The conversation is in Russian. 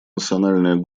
национальная